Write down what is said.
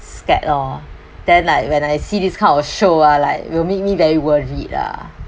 scared lor then like when I see this kind of show ah like will make me very worried lah